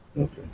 Okay